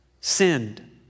sinned